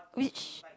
which